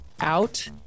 out